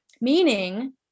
Meaning